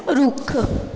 ਰੁੱਖ